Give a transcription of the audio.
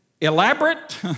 elaborate